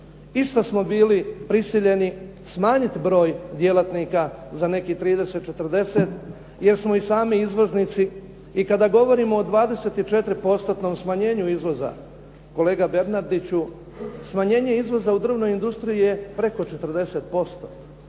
Isto smo bili prisiljeni smanjiti broj djelatnika za nekih 30, 40 jer smo i sami izvoznici. I kada govorimo o 24%-tnom smanjenju izvoza, kolega Bernardiću, smanjenje izvoza u drvnoj industriji je preko 40%.